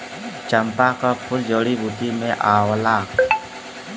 चंपा क फूल जड़ी बूटी में आवला